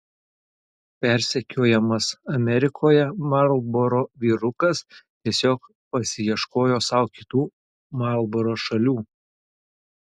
persekiojamas amerikoje marlboro vyrukas tiesiog pasiieškojo sau kitų marlboro šalių